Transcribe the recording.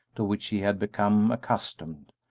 to which he had become accustomed,